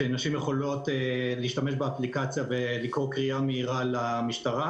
שנשים יכולות להשתמש באפליקציה ולקרוא קריאה מהירה למשטרה,